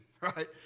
right